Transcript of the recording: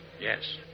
Yes